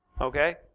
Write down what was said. Okay